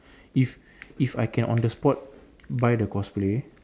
if if I can on the spot buy the cosplay